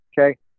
okay